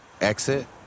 exit